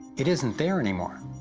it isn't there anymore!